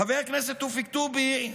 חבר הכנסת תופיק טובי,